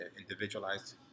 individualized